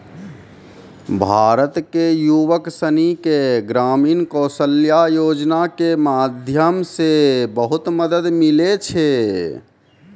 भारत के युवक सनी के ग्रामीण कौशल्या योजना के माध्यम से बहुत मदद मिलै छै